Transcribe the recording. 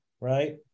right